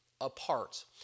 apart